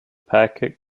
packet